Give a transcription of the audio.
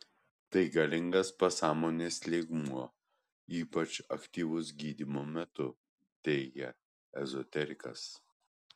tai galingas pasąmonės lygmuo ypač aktyvus gydymo metu teigia ezoterikas